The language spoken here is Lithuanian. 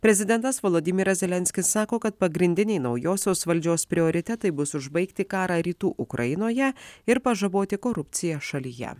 prezidentas volodymyras zelenskis sako kad pagrindiniai naujosios valdžios prioritetai bus užbaigti karą rytų ukrainoje ir pažaboti korupciją šalyje